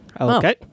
Okay